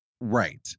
right